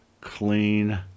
clean